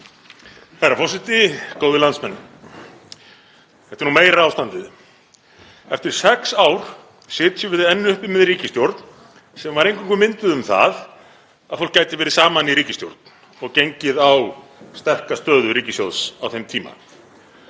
Herra forseti. Góðir landsmenn. Þetta er nú meira ástandið. Eftir sex ár sitjum við enn uppi með ríkisstjórn sem var eingöngu mynduð um það að fólk gæti verið saman í ríkisstjórn og gengið á sterka stöðu ríkissjóðs á þeim tíma.